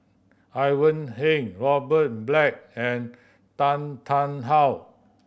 Ivan Heng Robert Black and Tan Tarn How